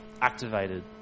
activated